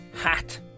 hat